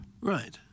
Right